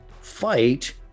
fight